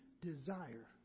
desire